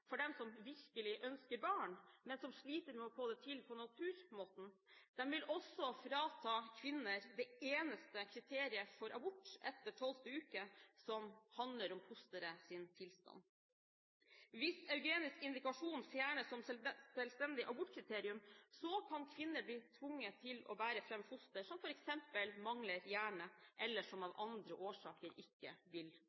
for dem som virkelig ønsker barn, men som sliter med å få det til på naturmåten, de vil også frata kvinner det eneste kriteriet for abort etter tolvte uke, som handler om fosterets tilstand. Hvis eugenisk indikasjon fjernes som selvstendig abortkriterium, kan kvinner bli tvunget til å bære fram foster som f.eks. mangler hjerne, eller som av